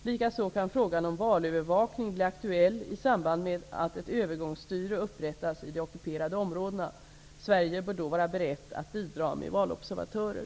Likaså kan frågan om valövervakning bli aktuell i samband med att ett övergångsstyre upprättas i de ockuperade områdena. Sverige bör då vara berett att bidra med valobservatörer.